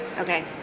Okay